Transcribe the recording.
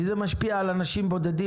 אם זה משפיע על אנשים בודדים,